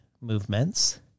Movements